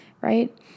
Right